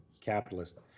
capitalist